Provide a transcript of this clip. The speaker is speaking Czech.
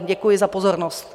Děkuji za pozornost.